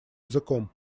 языком